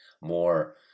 more